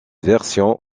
version